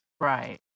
right